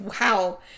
Wow